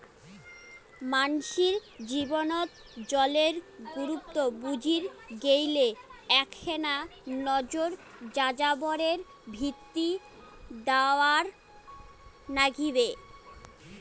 মানষির জীবনত জলের গুরুত্ব বুজির গেইলে এ্যাকনা নজর যাযাবরের ভিতি দ্যাওয়ার নাইগবে